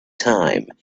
time